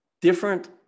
different